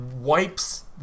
wipes